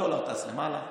הדולר טס למעלה,